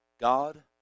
God